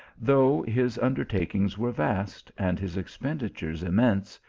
though his undertakings were vast, and his expenditures immense,